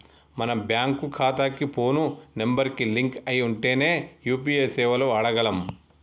మన బ్యేంకు ఖాతాకి phone number కి లింక్ అయ్యి ఉంటేనే యూ.పీ.ఐ సేవలను వాడగలం